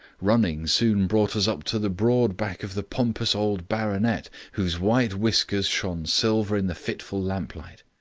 running soon brought us up to the broad back of the pompous old baronet, whose white whiskers shone silver in the fitful lamplight.